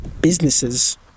businesses